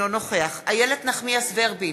אינו נוכח איילת נחמיאס ורבין,